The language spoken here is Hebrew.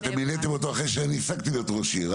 אתם מיניתם אותו אחרי שאני הפסקתי להיות ראש עיר,